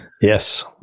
Yes